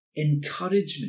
encouragement